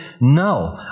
No